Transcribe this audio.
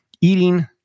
Eating